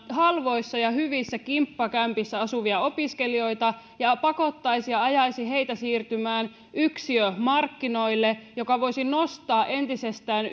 halvoissa ja hyvissä kimppakämpissä asuvia opiskelijoita ja pakottaisi ja ajaisi heitä siirtymään yksiömarkkinoille mikä voisi nostaa entisestään